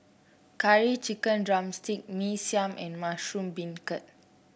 Curry Chicken drumstick Mee Siam and Mushroom Beancurd